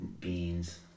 beans